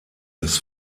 des